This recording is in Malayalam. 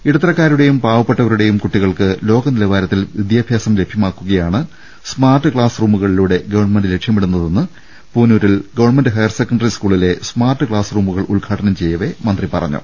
ഇടത്തരക്കാരുടെയും പാവപ്പെട്ടവരുടെയും കുട്ടികൾക്ക് ലോക നിലവാരത്തിൽ വിദ്യാഭ്യാസം ലഭ്യ മാക്കുകയാണ് സ്മാർട്ട് ക്ലാസ് റൂമുകളിലൂടെ ഗവൺമെന്റ് ലക്ഷ്യ മിട്ടു ന്ന തെന്ന് പൂ നൂ രിൽ ഗവൺമെന്റ് ഹയർസെക്കണ്ടറി സ്കൂളിലെ സ്മാർട്ട് ക്ലാസ് റൂമുകൾ ഉദ്ഘാടനം ചെയ്യവെ മന്ത്രി പറഞ്ഞു